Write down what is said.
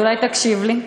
אז אולי תקשיב לי?